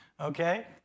Okay